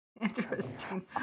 Interesting